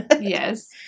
Yes